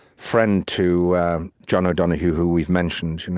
friend to john o'donohue, who we've mentioned. you know